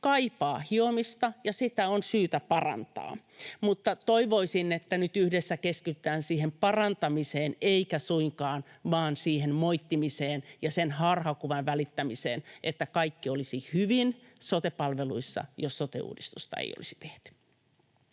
kaipaa hiomista ja sitä on syytä parantaa, mutta toivoisin, että nyt yhdessä keskitytään siihen parantamiseen eikä suinkaan vain siihen moittimiseen ja sen harhakuvan välittämiseen, että kaikki olisi hyvin sote-palveluissa, jos sote-uudistusta ei olisi tehty.